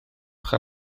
ochr